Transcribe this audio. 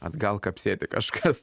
atgal kapsėti kažkas